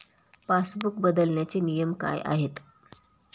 Passbook बदलण्याचे नियम काय आहेत?